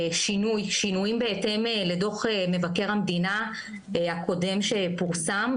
שינויים בהתאם לדוח מבקר המדינה הקודם שפורסם,